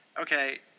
okay